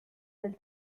del